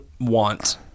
want